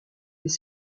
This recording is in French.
des